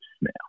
now